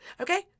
Okay